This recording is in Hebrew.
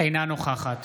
אינה נוכחת